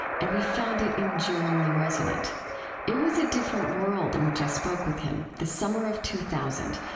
and we found it enduringly resonant it was a different world in which i spoke with him the summer of two thousand,